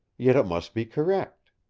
yet it must be correct.